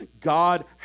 God